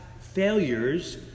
failures